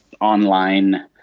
online